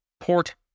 Port